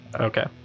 okay